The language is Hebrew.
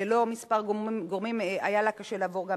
ללא כמה גורמים היה לה קשה לעבור גם